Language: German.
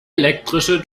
elektrische